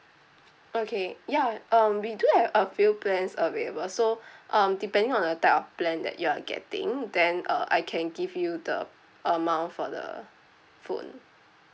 okay ya um we do have a few plans available so um depending on the type of plan that you are getting then uh I can give you the amount for the phone